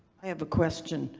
i have a question.